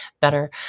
better